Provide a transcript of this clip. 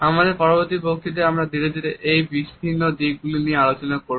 আমাদের পরবর্তী বক্তৃতায় আমরা ধীরে ধীরে এই বিভিন্ন দিকগুলি নিয়ে আলোচনা শুরু করব